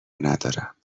ندارم